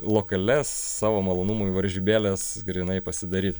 lokalias savo malonumui varžybėles grynai pasidaryt